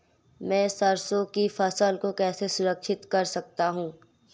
मैं सरसों की फसल को कैसे संरक्षित कर सकता हूँ?